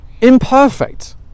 imperfect